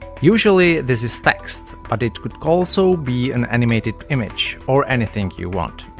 usually, this is text, but it could also be an animated image or anything you want.